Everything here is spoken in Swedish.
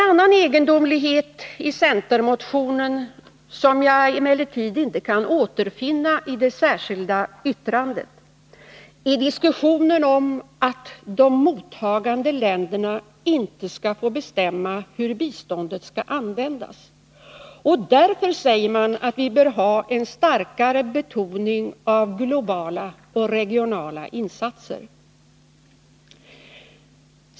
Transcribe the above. En annan egendomlighet i centermotionen — något som jag emellertid inte kan återfinna i det särskilda yttrandet — är diskussionen om att de mottagande länderna inte skall få bestämma hur biståndet skall användas och att vi därför bör ha en starkare betoning av globala och regionala insatser.